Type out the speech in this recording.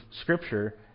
Scripture